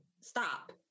stop